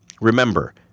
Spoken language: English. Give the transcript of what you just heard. Remember